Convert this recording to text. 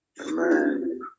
amen